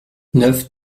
neuf